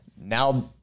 now